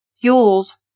fuels